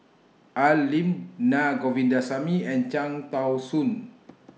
Al Lim Na Govindasamy and Cham Tao Soon